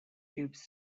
tube